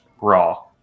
raw